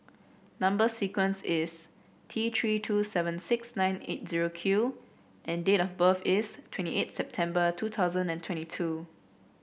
number sequence is T Three two seven six nine eight zero Q and date of birth is twenty eight September two thousand and twenty two